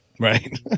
Right